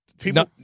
people